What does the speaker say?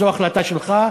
זו החלטה שלך.